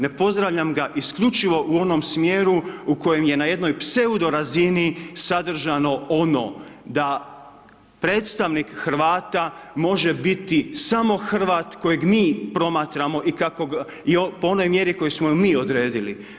Ne pozdravljam ga isključivo u onom smjeru u kojem je na jednoj pseudo razini sadržano ono da predstavnik Hrvata može biti samo Hrvat kojeg mi promatramo, po onoj mjeri koju smo mi odredili.